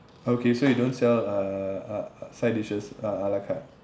okay so you don't sell uh uh side dishes uh ala carte